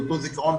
אותו זיכרון,